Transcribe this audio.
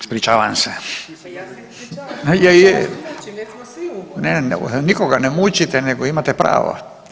Ispričavam se. … [[Upadica se ne razumije.]] Ne, nikoga ne mučite nego imate pravo.